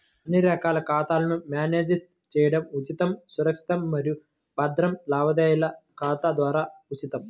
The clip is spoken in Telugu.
అన్ని రకాల ఖాతాలను మ్యానేజ్ చేయడం ఉచితం, సురక్షితం మరియు భద్రం లావాదేవీల ఖాతా ద్వారా ఉచితం